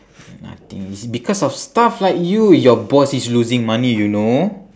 nothing it's because of staff like you your boss is losing money you know